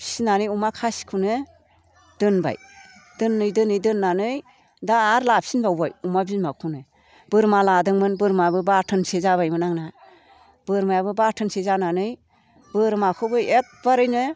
फिसिनानै अमा खासिखौनो दोनबाय दोनै दोनै दोननानै दा आरो लाफिनबावबाय अमा बिमाखौनो बोरमा लादोंमोन बोरमाबो बाथोनसे जाबायमोन आंना बोरमायाबो बाथोनसे जानानै बोरमाखौबो एखबारैनो